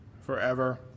forever